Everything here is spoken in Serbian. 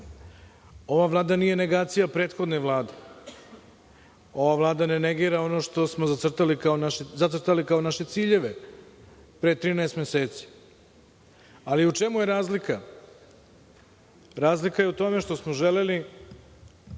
Vlada nije negacija prethodne Vlade, ova Vlada ne negira ono što smo zacrtali kao naše ciljeve pre 13 meseci.U čemu je razlika? Razlika je u tome što smo želeli